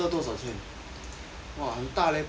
!wah! 很大 leh 不错 leh